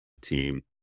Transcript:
team